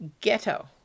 ghetto